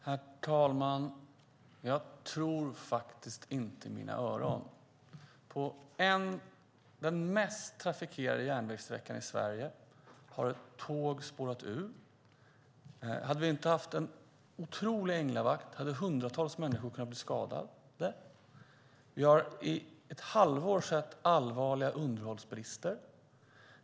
Herr talman! Jag tror faktiskt inte mina öron. På den mest trafikerade järnvägssträckan i Sverige har ett tåg spårat ur. Hade vi inte haft en otrolig änglavakt hade hundratals människor kunnat bli skadade. Vi har i ett halvår sett allvarliga underhållsbrister.